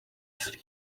sleep